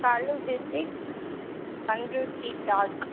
Cuddalore district Panruti taluk